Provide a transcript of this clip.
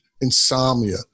insomnia